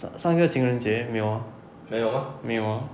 上上一个情人节没有 ah 没有 ah